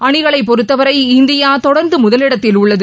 அணிகளை பொறுத்தவரை இந்தியா தொடர்ந்து முதலிடத்தில் உள்ளது